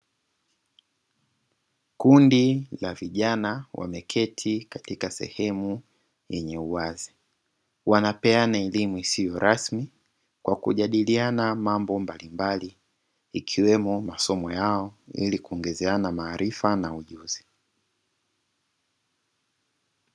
Kundi la vijana wameketi katika sehemu yenye uwazi, wanapeana elimu isiyo rasmi kwa kujadiliana mambo mbalimbali, ikiwemo masomo yao ili kuongezeana maarifa na ujuzi.